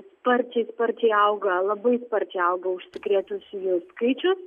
sparčiai sparčiai auga labai sparčiai auga užsikrėtusiųjų skaičius